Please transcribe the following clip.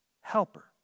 helper